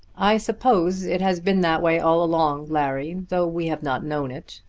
i suppose it has been that way all along, larry, though we have not known it.